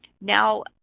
now